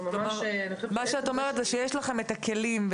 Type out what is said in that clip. מה שאת אומרת זה שיש לכם את הכלים,